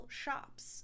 shops